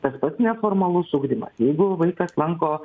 tas pats neformalus ugdymas jeigu vaikas lanko